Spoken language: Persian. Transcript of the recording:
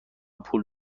پول